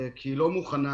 כשהיא לא מוכנה.